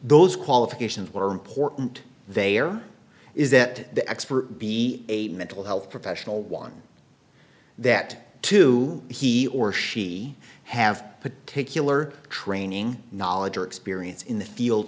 those qualifications were important they are is that the expert be a mental health professional one that two he or she have a particular training knowledge or experience in the field